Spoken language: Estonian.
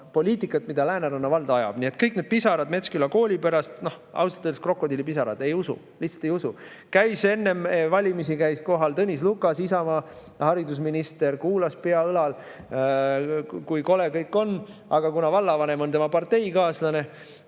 poliitikat, mida Lääneranna vald ajab. Nii et kõik need pisarad Metsküla kooli pärast on ausalt öeldes krokodillipisarad – ei usu, lihtsalt ei usu! Käis enne valimisi kohal Tõnis Lukas, Isamaa haridusminister, kuulas, pea õlal, kui kole kõik on, aga kuna vallavanem on tema parteikaaslane,